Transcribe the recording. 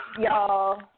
Y'all